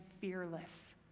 fearless